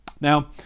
Now